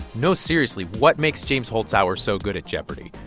no, seriously, what makes james holzhauer so good at jeopardy?